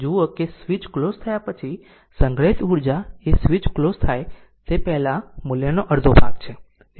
તેથી જુઓ કે સ્વીચ ક્લોઝ થયા પછી સંગ્રહિત ઉર્જા એ સ્વીચ ક્લોઝ થાય તે પહેલાં મૂલ્ય નો અડધો ભાગ છે